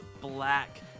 black